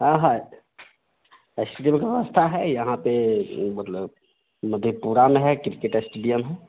हाँ है एक्चुअली में व्यवस्था है यहाँ पर मतलब मधेपुरा में है क्रिकेट एस्टेडियम है